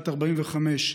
בת 45,